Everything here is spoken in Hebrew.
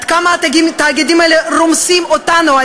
עד כמה התאגידים האלה רומסים אותנו,